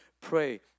pray